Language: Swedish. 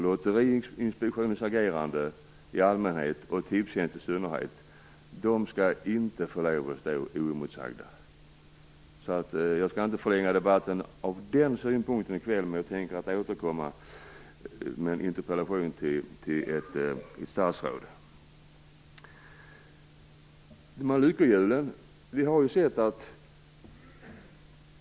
Lotteriinspektionen i allmänhet - med tanke på dess agerande - och Tipstjänst i synnerhet skall inte få stå oemotsagda. Jag skall inte förlänga kvällens debatt från den synpunkten, utan jag återkommer, som sagt, med en interpellation till ansvarigt statsråd.